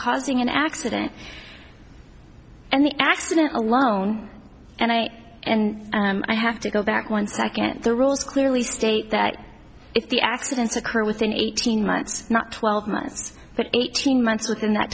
causing an accident and the accident alone and i and i have to go back one second and the rules clearly state that if the accidents occur within eighteen months not twelve months but eighteen months within that